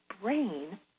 brain